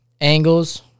Angles